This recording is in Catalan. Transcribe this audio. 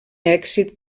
èxit